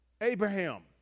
Abraham